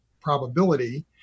probability